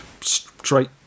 straight